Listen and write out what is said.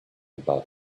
about